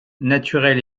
naturel